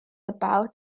about